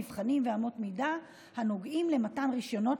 מבחנים ואמות מידה הנוגעים למתן רישיונות